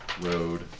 Road